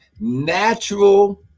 natural